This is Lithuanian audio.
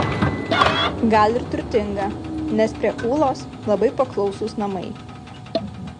gal ir turtinga nes prie ūlos labai paklausūs namai